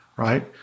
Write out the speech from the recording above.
Right